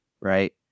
right